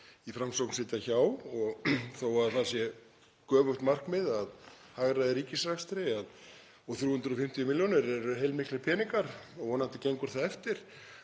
í Framsókn sitja hjá. Þótt það sé göfugt markmið að hagræða í ríkisrekstri — 350 milljónir eru heilmiklir peningar og vonandi gengur það eftir